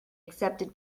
accepted